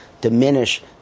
diminish